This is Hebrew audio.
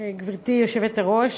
היושבת-ראש,